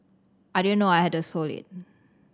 I didn't know I had the sole lead